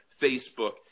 Facebook